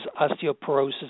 osteoporosis